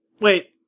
Wait